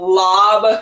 lob